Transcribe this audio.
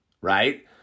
right